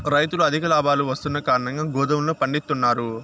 రైతులు అధిక లాభాలు వస్తున్న కారణంగా గోధుమలను పండిత్తున్నారు